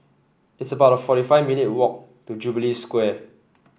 It's about forty five minutes' walk to Jubilee Square